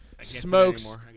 smokes